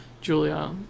Julia